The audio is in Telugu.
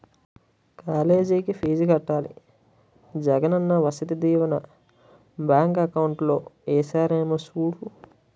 కాలేజికి ఫీజు కట్టాలి జగనన్న వసతి దీవెన బ్యాంకు అకౌంట్ లో ఏసారేమో సూడు